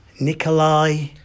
Nikolai